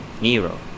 Nero